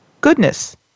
Goodness